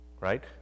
right